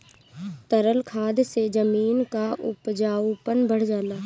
तरल खाद से जमीन क उपजाऊपन बढ़ जाला